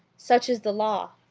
such is the law.